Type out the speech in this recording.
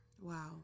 Wow